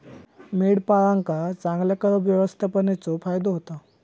मेंढपाळांका चांगल्या कळप व्यवस्थापनेचो फायदो होता